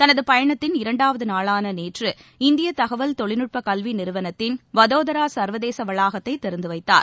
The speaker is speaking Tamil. தனது பயணத்தின் இரண்டாவது நாளான நேற்று இந்திய தகவல் தொழில்நுட்ப கல்வி நிறுவனத்தின் வதோதரா சர்வதேச வளாகத்தை திறந்து வைத்தார்